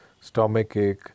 stomachache